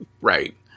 Right